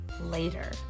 later